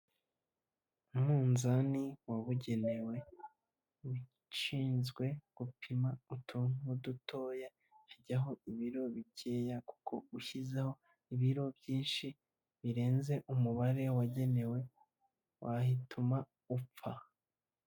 Umunzani wabugenewe, ushinzwe gupima utuntu dutoya hajyaho ibiro bikeya kuko ushyizeho ibiro byinshi birenze umubare wagenewe watuma upfa.